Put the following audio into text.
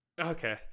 okay